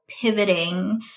pivoting